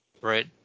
Right